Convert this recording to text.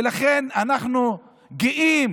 ולכן אנחנו גאים